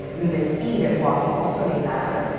the speed of walking also may matter.